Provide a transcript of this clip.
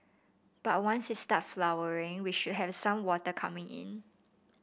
but once it starts flowering we should have some water coming in